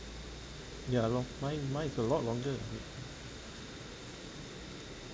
ya lor mine mine is a lot longer